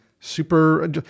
super